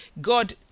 God